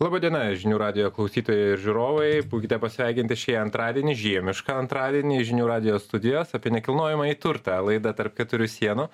laba diena žinių radijo klausytojai ir žiūrovai būkite pasveikinti šį antradienį žiemišką antradienį žinių radijo studijos apie nekilnojamąjį turtą laida tarp keturių sienų